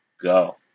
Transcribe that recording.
go